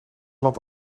land